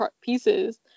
pieces